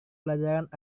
pelajaran